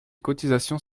cotisations